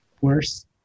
worse